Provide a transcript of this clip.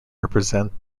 represent